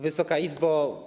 Wysoka Izbo!